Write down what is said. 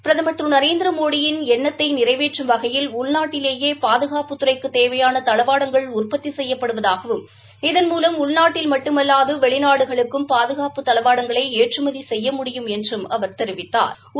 பிரதமர் திரு நரேந்திரமோடியின் என்னத்தை நிறைவேற்றம் வகையில் உள்நாட்டிலேயே பாதுகாப்புத்துறைக்குத் தேவையாள தளவாடங்கள் உற்பத்தி செய்யப்படுவதாகவும் இதன்மூலம் உள்நாட்டில் மட்டுமல்லாது வெளிநடுகளுக்கும் பாதுகாப்பு தளவாடங்களை ஏற்றுமதி செய்ய முடியும் என்றும் தெரிவித்தாா்